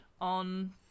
on